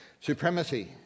Supremacy